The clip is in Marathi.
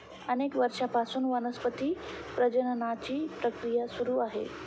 अनेक वर्षांपासून वनस्पती प्रजननाची प्रक्रिया सुरू आहे